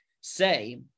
say